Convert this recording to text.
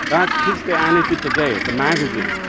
that's christianity today, the magazine,